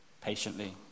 patiently